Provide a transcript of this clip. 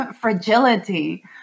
fragility